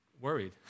Worried